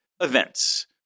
Events